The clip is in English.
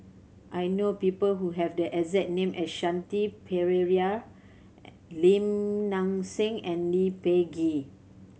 I know people who have the exact name as Shanti Pereira Lim Nang Seng and Lee Peh Gee